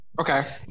Okay